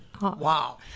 Wow